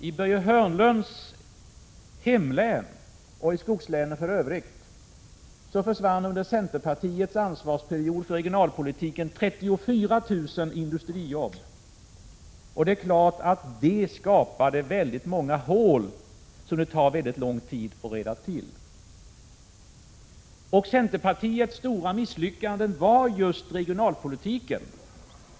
I Börje Hörnlunds hemlän och i skogslänen i övrigt försvann under perioden då centerpartiet hade ansvaret för regionalpolitiken 34 000 industrijobb. Det skapade naturligtvis väldigt många hål, som det tar mycket lång tid att åtgärda. Centerpartiets stora misslyckanden var just inom regionalpolitiken.